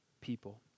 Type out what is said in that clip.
people